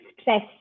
stress